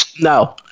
No